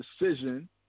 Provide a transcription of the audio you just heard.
decision